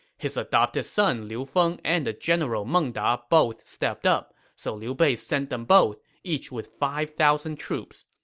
his adopted son liu feng and the general meng da both stepped up, so liu bei sent them both, each with five thousand troops.